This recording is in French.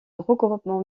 regroupement